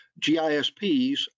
GISPs